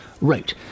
wrote